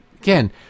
Again